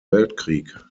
weltkrieg